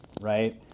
Right